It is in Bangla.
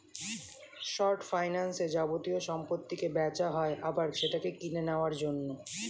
শর্ট ফাইন্যান্সে যাবতীয় সম্পত্তিকে বেচা হয় আবার সেটাকে কিনে নেওয়ার জন্য